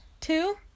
Two